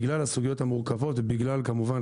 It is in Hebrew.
בגלל הסוגיות המורכבות ובגלל כמובן,